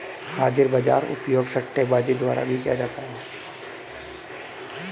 हाजिर बाजार का उपयोग सट्टेबाजों द्वारा भी किया जाता है